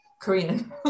Korean